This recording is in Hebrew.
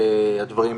בכנסת,